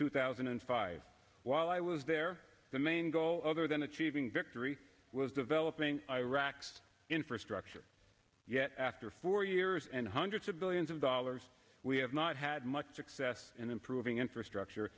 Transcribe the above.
two thousand and five while i was there the main goal other than achieving victory was developing iraq's infrastructure yet after four years and hundreds of billions of dollars we have not had much success in improving infrastructure